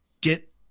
get